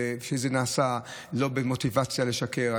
כשזה נעשה לא במוטיבציה לשקר,